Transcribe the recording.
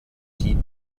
die